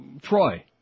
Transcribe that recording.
Troy